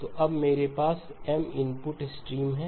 तो अब मेरे पास M इनपुट्स स्ट्रीम हैं